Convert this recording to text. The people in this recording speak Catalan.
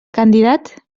candidat